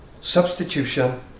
substitution